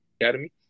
academy